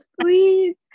Please